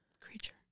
Creature